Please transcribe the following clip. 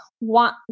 want